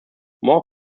more